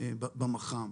במח"מ.